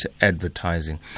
advertising